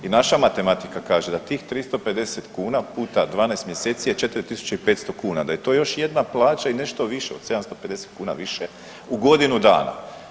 I naša matematika kaže da tih 350 kuna puta 12 mjeseci je 4.500 kuna, da je to još jedna plaća i nešto više od 750 kuna više u godinu dana.